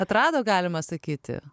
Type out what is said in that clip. atrado galima sakyti